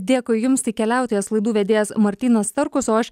dėkui jums tai keliautojas laidų vedėjas martynas starkus o aš